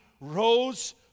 rose